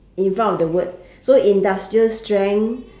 in front of the word so industrial strength